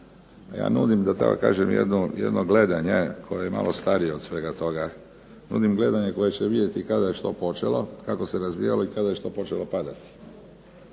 ja nudim, da tako kažem, jedno gledanje koje je malo starije od svega toga. Nudim gledanje koje će vidjeti kada je što počelo, kako se razvijalo i kada je što počelo padati.